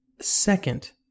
Second